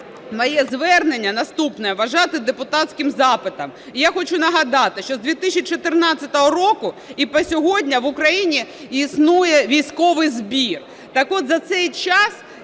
моє звернення наступне вважати депутатським запитом. І я хочу нагадати, що з 2014 року і по сьогодні в Україні існує військовий збір. Так от за цей час